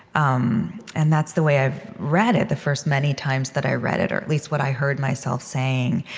um and that's the way i've read it the first many times that i read it, or, at least, what i heard myself saying.